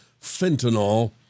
fentanyl